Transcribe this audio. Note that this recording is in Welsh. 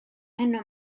heno